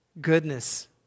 goodness